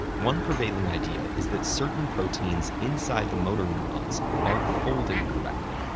one prevailing idea is that certain proteins inside the motor neurons aren't folding correctly,